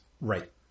right